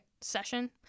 session